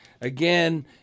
again